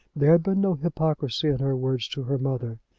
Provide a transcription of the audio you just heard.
there had been no hypocrisy in her words to her mother.